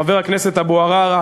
חבר הכנסת אבו עראר,